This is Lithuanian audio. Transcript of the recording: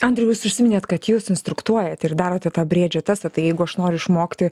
andriau jūs užsiminėt kad jūs instruktuojat ir darote tą briedžio testą tai jeigu aš noriu išmokti